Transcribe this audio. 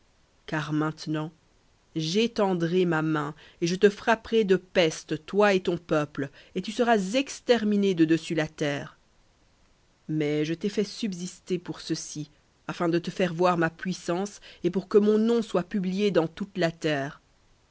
car maintenant j'étendrai ma main et je te frapperai de peste toi et ton peuple et tu seras exterminé de dessus la terre mais je t'ai fait subsister pour ceci afin de te faire voir ma puissance et pour que mon nom soit publié dans toute la terre